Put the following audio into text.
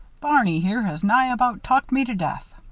barney here has nigh about talked me to death.